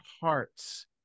hearts